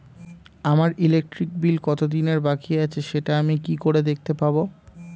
আমার electric bill কত দিনের বাকি আছে সেটা আমি কি করে দেখতে পাবো?